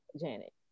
Janet